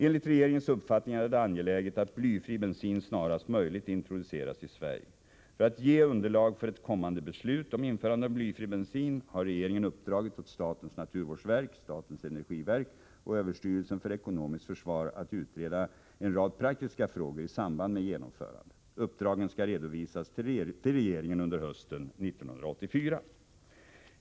Enligt regeringens uppfattning är det angeläget att blyfri bensin snarast möjligt introduceras i Sverige. För att ge underlag för ett kommande beslut om införande av blyfri bensin har regeringen uppdragit åt statens naturvårdsverk, statens energiverk och överstyrelsen för ekonomiskt försvar att utreda en rad praktiska frågor i samband med genomförandet. Uppdragen skall redovisas till regeringen under hösten 1984.